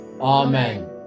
Amen